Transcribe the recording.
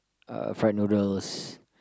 uh fried noodles